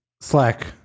Slack